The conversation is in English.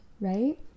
right